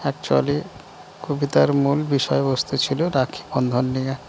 actually কবিতার মূল বিষয়বস্তু ছিল রাখী বন্ধন নিয়ে